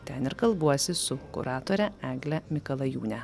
ten ir kalbuosi su kuratore egle mikalajūne